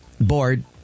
bored